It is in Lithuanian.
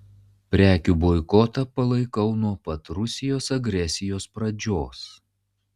prekių boikotą palaikau nuo pat rusijos agresijos pradžios